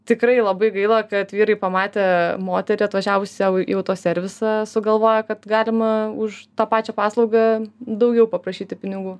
tikrai labai gaila kad vyrai pamatę moterį atvažiavusią į autoservisą sugalvoja kad galima už tą pačią paslaugą daugiau paprašyti pinigų